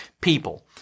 people